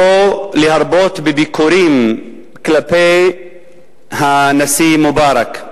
שלא להרבות בביקורת כלפי הנשיא מובארק.